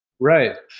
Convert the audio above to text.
right?